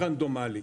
גם רנדומלי.